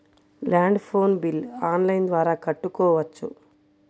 Land phone bill online ద్వారా కట్టుకోవచ్చు?